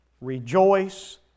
rejoice